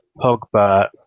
Pogba